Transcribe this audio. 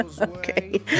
okay